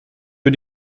für